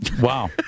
Wow